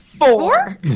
Four